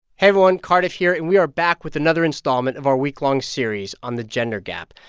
hey, everyone. cardiff here, and we are back with another installment of our week-long series on the gender gap.